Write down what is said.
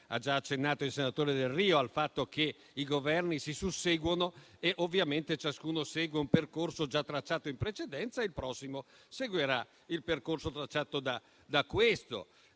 Ha già accennato il senatore Delrio al fatto che i Governi si susseguono e ovviamente ciascuno segue un percorso già tracciato in precedenza e il prossimo seguirà il percorso tracciato da questo.